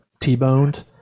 t-boned